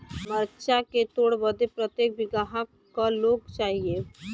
मरचा के तोड़ बदे प्रत्येक बिगहा क लोग चाहिए?